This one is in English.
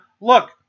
look